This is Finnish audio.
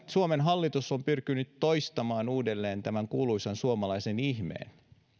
suomen hallitus on pyrkinyt toistamaan uudelleen tämän kuuluisan suomalaisen ihmeen